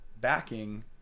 backing